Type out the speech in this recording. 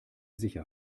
sicher